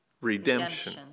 Redemption